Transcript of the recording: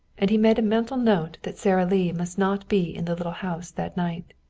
and he made a mental note that sara lee must not be in the little house that night.